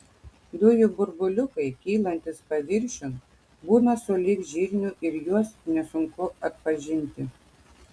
dujų burbuliukai kylantys paviršiun būna sulig žirniu ir juos nesunku atpažinti